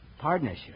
Partnership